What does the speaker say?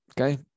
okay